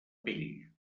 pell